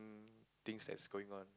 things that's going on